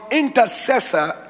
intercessor